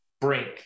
brink